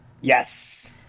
Yes